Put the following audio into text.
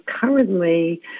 currently